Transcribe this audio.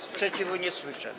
Sprzeciwu nie słyszę.